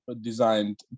designed